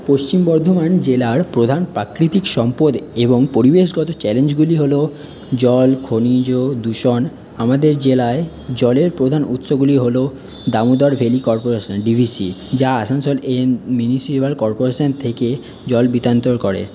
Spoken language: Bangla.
পশ্চিম বর্ধমান জেলার প্রধান প্রাকৃতিক সম্পদ এবং পরিবেশগত চ্যালেঞ্জগুলি হল জল খনিজ দূষণ আমাদের জেলায় জলের প্রধান উৎসগুলি হল দামোদর ভ্যালি কর্পোরেশন ডিভিসি যা আসানসোল এই মিউনিসিপ্যাল কর্পোরেশন থেকে জল বিতান্তর করে